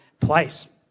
place